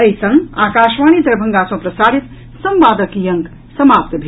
एहि संग आकाशवाणी दरभंगा सँ प्रसारित संवादक ई अंक समाप्त भेल